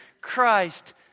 Christ